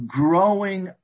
growing